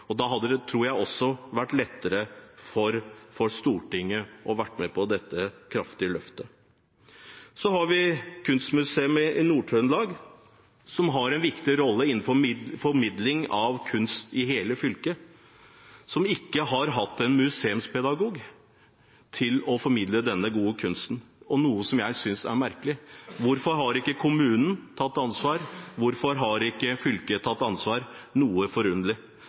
Da hadde det, tror jeg, også vært lettere for Stortinget å være med på dette kraftige løftet. Så har vi Kunstmuseet Nord-Trøndelag, som har en viktig rolle innen formidling av kunst i hele fylket, men som ikke har hatt en museumspedagog til å formidle denne gode kunsten, noe jeg synes er merkelig. Hvorfor har ikke kommunen tatt ansvar? Hvorfor har ikke fylket tatt ansvar? Det er forunderlig